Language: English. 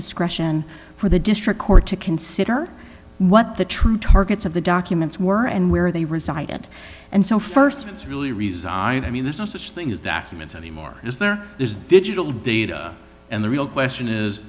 discretion for the district court to consider what the true targets of the documents were and where they resided and so st really reason i mean there's no such thing as that it's anymore is there is digital data and the real question is